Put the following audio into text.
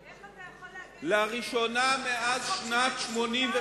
איך אתה יכול להגן על הצעת חוק,